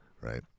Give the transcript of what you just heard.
right